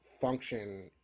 function